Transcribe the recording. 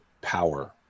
power